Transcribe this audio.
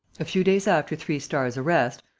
a few days after three stars' arrest,